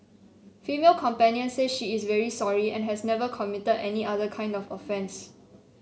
female companion says she is very sorry and has never committed any other kind of offence